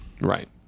right